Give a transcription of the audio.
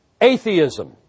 Atheism